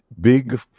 Big